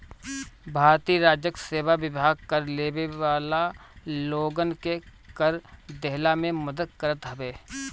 भारतीय राजस्व सेवा विभाग कर देवे वाला लोगन के कर देहला में मदद करत हवे